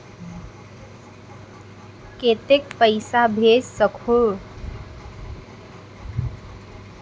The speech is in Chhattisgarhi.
कतेक पइसा भेज सकहुं?